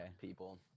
people